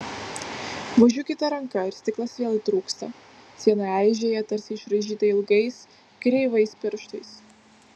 vožiu kita ranka ir stiklas vėl įtrūksta siena eižėja tarsi išraižyta ilgais kreivais pirštais